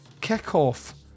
kickoff